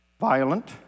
violent